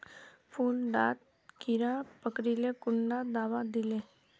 फुल डात कीड़ा पकरिले कुंडा दाबा दीले?